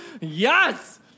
Yes